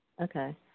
Okay